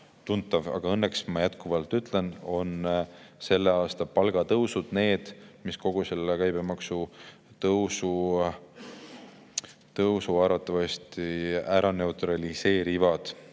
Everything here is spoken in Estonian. Õnneks, ma jätkuvalt ütlen, on selle aasta palgatõusud need, mis kogu käibemaksu tõusu arvatavasti ära neutraliseerivad.